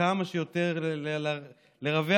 כמה שיותר לרווח,